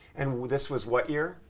and this was what year?